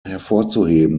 hervorzuheben